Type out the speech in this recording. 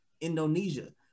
Indonesia